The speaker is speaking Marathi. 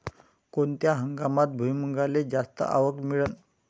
कोनत्या हंगामात भुईमुंगाले जास्त आवक मिळन?